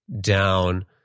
down